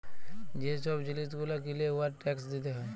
যে ছব জিলিস গুলা কিলে উয়ার ট্যাকস দিতে হ্যয়